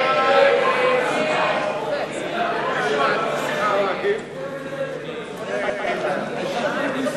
ההסתייגות של קבוצת סיעת העבודה, קבוצת סיעת